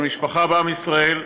של המשפחה ועם ישראל,